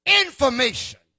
information